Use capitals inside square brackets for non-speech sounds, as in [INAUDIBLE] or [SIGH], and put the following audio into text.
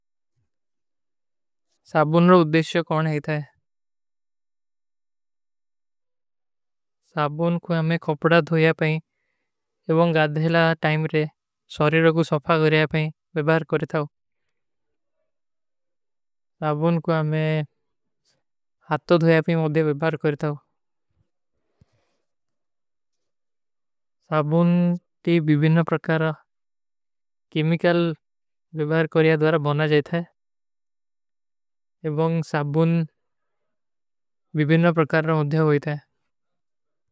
ସାବୁନ୍ର ଉଦ୍ଧିଶ୍ଯୋଂ କୌନ ହୈ ଇତାଈ?। [HESITATION] ସାବୁନ କୋ ହମେଂ ଖୋପଡା ଧୋଯା ପାଈଂ ଏବଂଗ ଅଧ୍ଯାଲା ଟାଇମ ରେ ସୋରୀ ରୋକୁ ସୋଫା କରିଯା ପାଈଂ, ଵିଭାର କରିତାଓ [HESITATION] ସାବୁନ କୋ ହମେଂ ହାଥ ତୋ ଧୋଯା ପାଈଂ, ଉଦ୍ଧିଯା ଵିଭାର କରିତାଓ [HESITATION] ସାବୁନ କେ ଵିଭୀନା ପ୍ରକାର କୀମିକଲ ଵିଭାର କରିଯା ଦୋରା ବନା ଜାଯତା ହୈ ଏବଂଗ ସାବୁନ ଵିଭୀନା ପ୍ରକାର ରେ ଉଧ୍ଯା ହୋଯତା ହୈ।